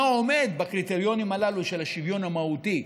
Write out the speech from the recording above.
עומד בקריטריונים הללו של השוויון המהותי,